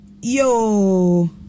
Yo